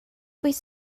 wyt